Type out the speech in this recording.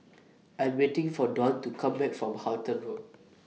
I'm waiting For Dwan to Come Back from Halton Road